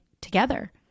together